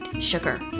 sugar